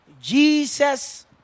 Jesus